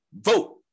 vote